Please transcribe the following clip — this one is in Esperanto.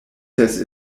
ses